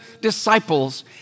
disciples